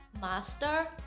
Master